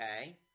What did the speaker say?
Okay